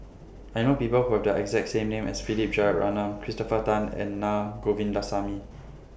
I know People Who Have The exact name as Philip Jeyaretnam Christopher Tan and Naa Govindasamy